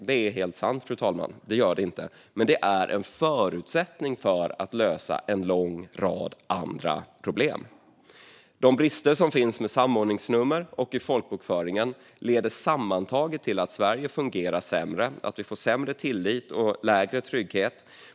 Det är helt sant, fru talman - det gör man inte. Men detta är en förutsättning för att lösa en lång rad andra problem. De brister som finns med samordningsnummer och i folkbokföringen leder sammantaget till att Sverige fungerar sämre och till att vi får sämre tillit och lägre trygghet.